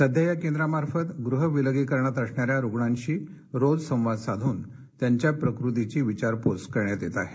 सध्या या केंद्रामार्फत गृह विलगीकरणात असणाऱ्या रुग्णांशी रोज संवाद साधून त्यांच्या प्रकृतीची विचारपूस करण्यात येत आहे